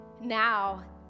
now